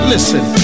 listen